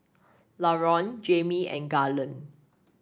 Laron Jamie and Garland